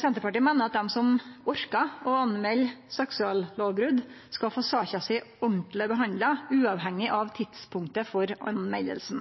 Senterpartiet meiner at dei som orkar å politimelde seksuallovbrot, skal få saka si ordentleg behandla, uavhengig av tidspunktet for meldinga.